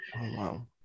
Wow